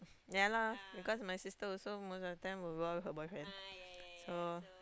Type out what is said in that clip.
ya lah because my sister also most of the time will go out with her boyfriend so